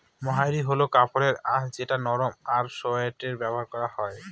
মহাইর হল কাপড়ের আঁশ যেটা নরম আর সোয়াটারে ব্যবহার করা হয়